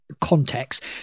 context